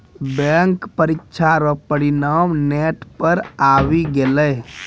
bank परीक्षा रो परिणाम नेट पर आवी गेलै